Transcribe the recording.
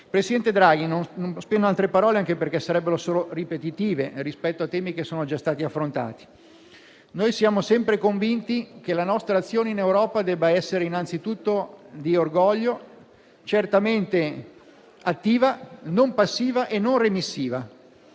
presidente Draghi, non spendo altre parole, anche perché sarebbero solo ripetitive rispetto ai temi che sono già stati affrontati. Siamo sempre convinti che la nostra azione in Europa debba essere innanzitutto di orgoglio, certamente attiva, non passiva e non remissiva.